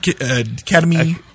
Academy